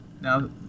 Now